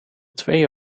twee